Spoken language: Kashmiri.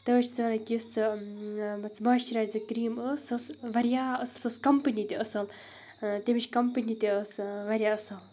تَوَے چھِسو وَنان کہِ یُس سُہ مان ژٕ مایِسچِرایزِنٛگ سُہ کِرٛیٖم ٲس سُہ ٲس واریاہ أصٕل سُہ ٲس کَمپٔنی تہِ أصٕل تمِچ کَمپٔنی تہِ ٲس واریاہ اَصٕل